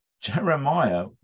Jeremiah